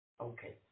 okay